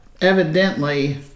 evidently